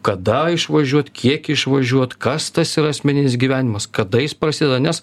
kada išvažiuot kiek išvažiuot kas tas yra asmeninis gyvenimas kada jis prasideda nes